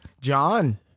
John